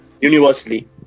universally